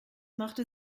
machte